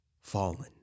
fallen